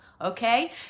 okay